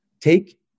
Take